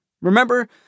Remember